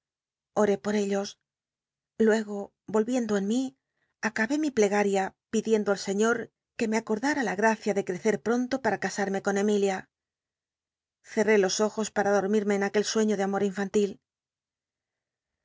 oré por ellos luego volviendo en mi acabé mi plegaria pidiendo al sciío que me aconla a la gracia de crecer pronto para casarme con emilia certé los ojos para donnijmc con aquel sueiío de amor infantil